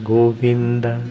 Govinda